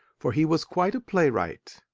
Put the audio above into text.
for he was quite a playwright.